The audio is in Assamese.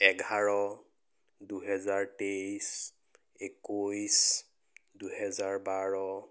এঘাৰ দুহেজাৰ তেইছ একৈছ দুহেজাৰ বাৰ